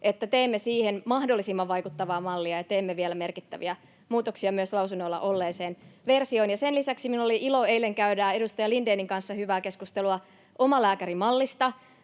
että teemme siihen mahdollisimman vaikuttavaa mallia ja teemme vielä merkittäviä muutoksia myös lausunnoilla olleeseen versioon. Sen lisäksi minulla oli ilo eilen käydä edustaja Lindénin kanssa hyvää keskustelua omalääkärimallista,